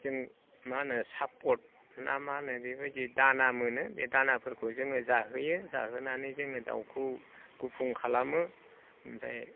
जों मा होनो साफरद ना मा होनो बेबायदि दाना मोनो बे दानाफोरखौ जोङो जाहोयो जाहोनानै जोङो दाउखौ गुफुं खालामो ओमफ्राय